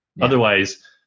otherwise